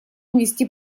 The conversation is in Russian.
внести